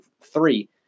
three